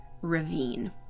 ravine